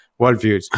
worldviews